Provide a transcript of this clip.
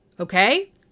Okay